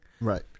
Right